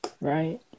Right